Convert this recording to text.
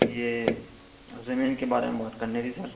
یہ زمین کے بارے میں بات کرنی تھی سر